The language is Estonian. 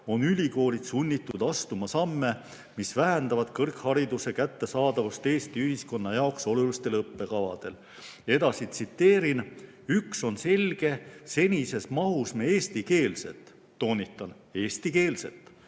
on ülikoolid sunnitud astuma samme, mis vähendavad kõrghariduse kättesaadavust Eesti ühiskonna jaoks olulistel õppekavadel. Tsiteerin: "Üks on selge, senises mahus me eestikeelset [Toonitan: eestikeelset.